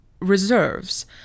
reserves